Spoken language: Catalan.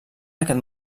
aquest